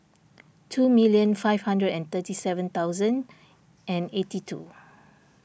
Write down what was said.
two minute five hundred and thirty seven thousand and eighty two